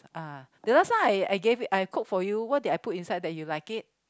uh the last time I I gave it I cook for you what did I put inside that you like it